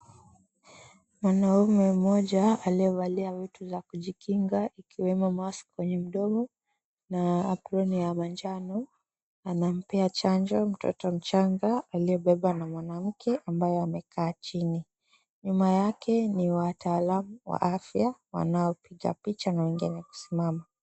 Mwanaume mmoja aliyevalia vitu za kujikinga, ikiwemo mask kwenye mdogo na aproni ya manjano, anampea chanjo mtoto mchanga aliyebebwa na mwanamke ambaye amekaa chini. Nyuma yake ni wataalamu wa afya wanaopiga picha na wengine kusimama.